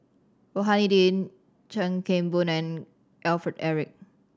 Rohani Din Chuan Keng Boon and Alfred Eric